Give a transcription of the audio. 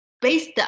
based